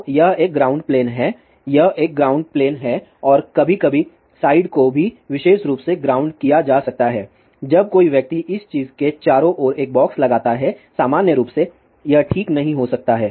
तो यह एक ग्राउंड प्लेन है यह एक ग्राउंड प्लेन है और कभी कभी साइड को भी विशेष रूप से ग्राउंड किया जा सकता है जब कोई व्यक्ति इस चीज़ के चारों ओर एक बॉक्स लगाता है सामान्य रूप से यह ठीक नहीं हो सकता है